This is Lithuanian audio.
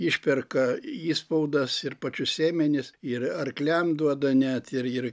išperka išspaudas ir pačius sėmenis ir arkliam duoda net ir ir